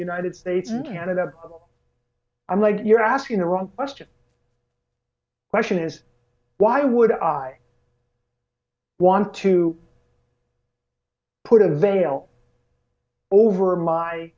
united states and canada i'm like you're asking the wrong question question is why would i want to put a veil over my